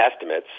estimates